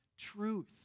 truth